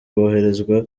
boherezwa